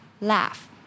laugh